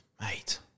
Mate